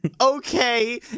Okay